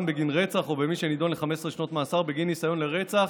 בגין רצח ובמי שנידון ל-15 שנות מאסר בגין ניסיון לרצח